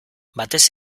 batez